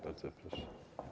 Bardzo proszę.